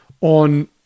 on